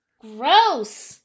Gross